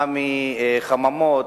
גם מחממות,